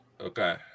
Okay